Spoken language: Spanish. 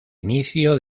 inicio